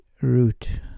root